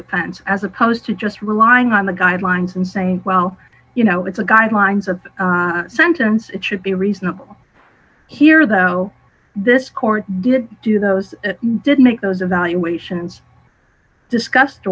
appearance as opposed to just relying on the guidelines and saying well you know it's a guidelines of sentence it should be reasonable here though this court did do those did make those evaluations discussed